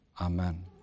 Amen